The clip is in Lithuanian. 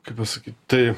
kaip pasakyt tai